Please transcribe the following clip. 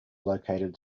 located